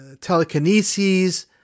telekinesis